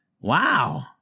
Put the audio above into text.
wow